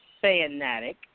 fanatic